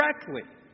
correctly